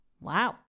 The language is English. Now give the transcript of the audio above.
Wow